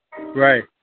Right